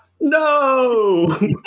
No